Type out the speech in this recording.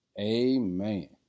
Amen